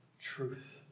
truth